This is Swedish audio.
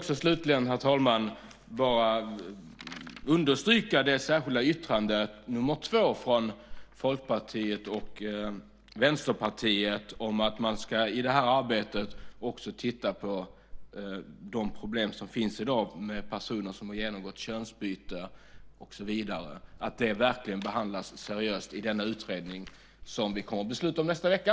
Slutligen vill jag bara understryka det särskilda yttrandet nr 2 från Folkpartiet och Vänsterpartiet om att man i detta arbete också ska titta på de problem som finns i dag för personer som har genomgått könsbyte och så vidare så att detta verkligen behandlas seriöst i den utredning som vi kommer att besluta om nästa vecka.